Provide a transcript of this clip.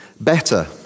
better